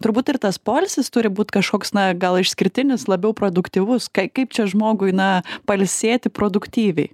turbūt ir tas poilsis turi būt kažkoks na gal išskirtinis labiau produktyvus kaip čia žmogui na pailsėti produktyviai